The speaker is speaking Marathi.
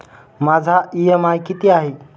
माझा इ.एम.आय किती आहे?